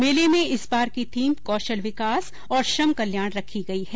मेले में इस बार की थीम कौशल विकास और श्रम कल्याण रखी गई है